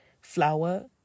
flour